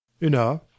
enough